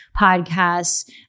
podcasts